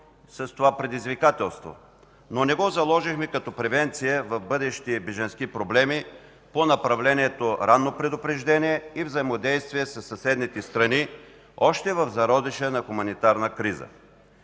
с това предизвикателство, но не го заложихме като превенция в бъдещи бежански проблеми по направлението „Ранно предупреждение” и взаимодействие със съседните страни още в зародиша на хуманитарна криза.